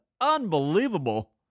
Unbelievable